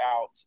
out